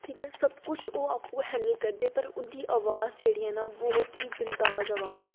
ठीक ऐ सब कुछ ओह् आपूं हैंडल करदे पर उंदी अवाज जेड़ी ऐ बहुत ही बिंदास अवाज ऐ